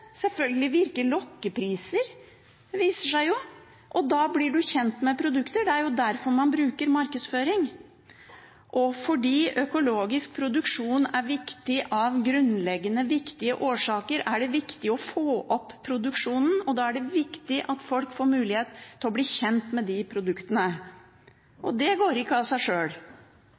Selvfølgelig virker dette. Selvfølgelig virker lokkepriser, det viser seg jo. Da blir du kjent med produkter, det er jo derfor man bruker markedsføring. Fordi økologisk produksjon er viktig av grunnleggende viktige årsaker, er det viktig å få opp produksjonen, og da er det viktig at folk får mulighet til å bli kjent med produktene. Det går ikke av seg sjøl.